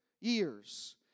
years